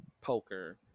poker